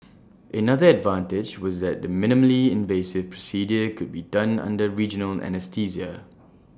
another advantage was that the minimally invasive procedure could be done under regional anaesthesia